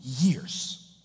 years